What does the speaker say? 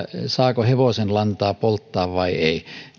saako hevosenlantaa polttaa vai ei